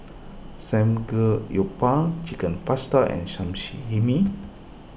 Samgeyopsal Chicken Pasta and